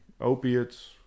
opiates